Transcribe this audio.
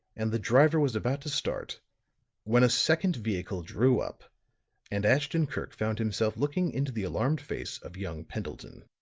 and the driver was about to start when a second vehicle drew up and ashton-kirk found himself looking into the alarmed face of young pendleton.